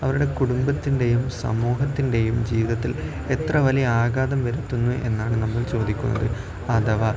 അവരുടെ കുടുംബത്തിൻ്റെയും സമൂഹത്തിൻ്റെയും ജീവിതത്തിൽ എത്ര വലിയ ആകാതം വരുത്തുന്നു എന്നാണ് നമ്മൾ ചോദിക്കുന്നത് അഥവാ